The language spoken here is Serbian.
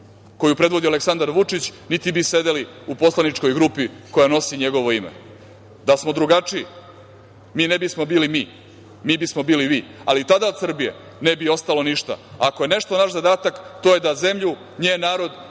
koju predvodi Aleksandar Vučić, niti bi sedeli u poslaničkoj grupi koja nosi njegovo ime. Da smo drugačiji, mi ne bismo bili mi, mi bismo bili vi, ali tada od Srbije ne bi ostalo ništa. Ako je nešto naš zadatak, to je da zemlju, njen narod